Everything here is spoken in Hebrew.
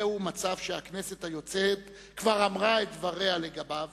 זהו מצב שהכנסת היוצאת כבר אמרה את דבריה לגביו